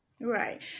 Right